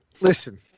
Listen